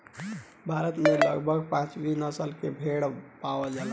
भारत में लगभग पाँचगो नसल के भेड़ पावल जाला